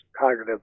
cognitive